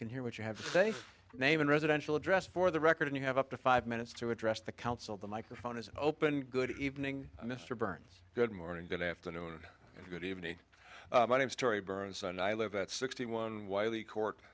can hear what you have to say name in residential address for the record you have up to five minutes to address the council the microphone is open good evening mr burns good morning good afternoon good evening my name's tory burns and i live at sixty one wylie court